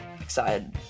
excited